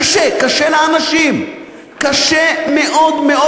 קשה לאנשים מאוד מאוד.